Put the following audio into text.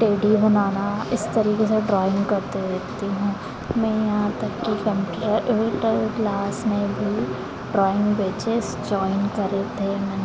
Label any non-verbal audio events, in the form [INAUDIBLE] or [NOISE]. tattoo बनाना इस तरीके से ड्रॉइंग करते रहती हूँ मैं यहाँ तक कि कंप्यूटर [UNINTELLIGIBLE] क्लास में भी ड्रॉइंग बैचेज़ जॉइन करे थे मैंने